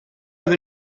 have